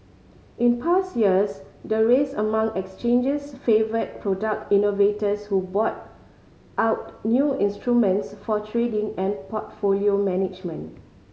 in past years the race among exchanges favoured product innovators who brought out new instruments for trading and portfolio management